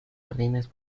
jardines